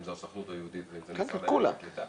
אם זו הסוכנות היהודית ואם זה משרד העלייה והקליטה,